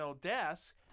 desk